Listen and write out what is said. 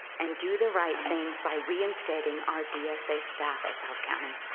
and do the right thing by reinstating our dsa staff at south county.